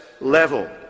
level